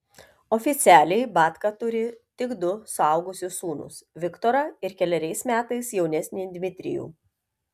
oficialiai batka turi tik du suaugusius sūnus viktorą ir keleriais metais jaunesnį dmitrijų